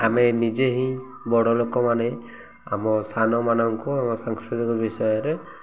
ଆମେ ନିଜେ ହିଁ ବଡ଼ ଲୋକମାନେ ଆମ ସାନମାନଙ୍କୁ ଆମ ସାଂସ୍କୃତିକ ବିଷୟରେ